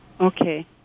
Okay